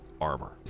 armor